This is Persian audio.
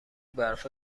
برفا